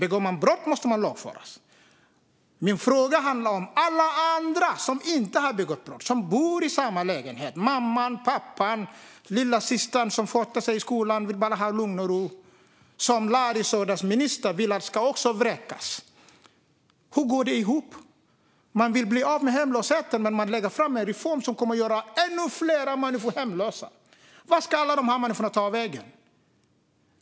Om man begår brott ska man lagföras. Min fråga handlar om alla andra som inte har begått brott men bor i samma lägenhet: mamma, pappa och lillasyster, som sköter sig i skolan och bara vill ha lugn och ro. Larry Söders bostadsminister vill att också de ska vräkas. Hur går det ihop? Ni vill bli av med hemlösheten men lägger fram en reform som kommer att göra ännu fler människor hemlösa. Vart ska alla dessa människor ta vägen?